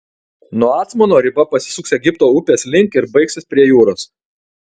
nuo acmono riba pasisuks egipto upės link ir baigsis prie jūros